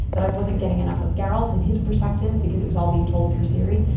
that i wasn't getting enough of geralt and his perspective because it was all being told through ciri.